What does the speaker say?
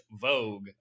Vogue